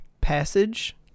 Passage